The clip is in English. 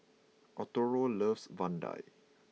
Arturo loves Vadai